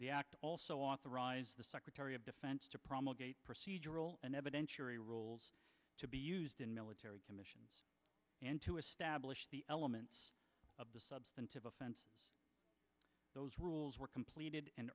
the act also authorized the secretary of defense to promulgate procedural and evidentiary rules to be used in military commissions and to establish the elements of the substantive offense those rules were completed